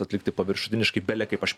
atlikti paviršutiniškai belekaip aš